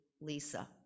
Lisa